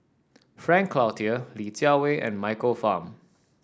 Frank Cloutier Li Jiawei and Michael Fam